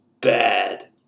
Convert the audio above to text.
Bad